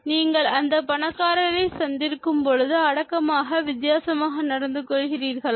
நீங்கள் அந்த பணக்காரர்களை சந்திக்கும் பொழுது அடக்கமாக வித்தியாசமாக நடந்து கொள்கிறீர்களா